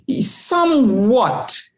Somewhat